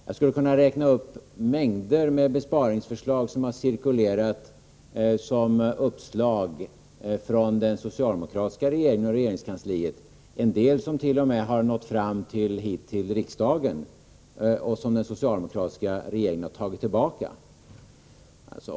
Jag skulle kunna räkna upp mängder med besparingsförslag som har cirkulerat som uppslag från den socialdemokratiska regeringen och dess regeringskansli — och en del som t.o.m. har nått fram hit till riksdagen och som den socialdemokratiska regeringen har tagit tillbaka.